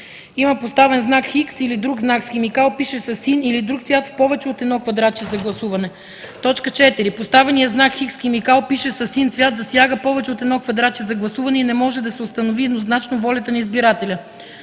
има поставен знак „X” или друг знак с химикал, пишещ със син или друг цвят, в повече от едно квадратче за гласуване; 4. поставеният знак „X” с химикал, пишещ със син цвят, засяга повече от едно квадратче за гласуване и не може да се установи еднозначно волята на избирателя;